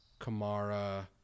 Kamara